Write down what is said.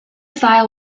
style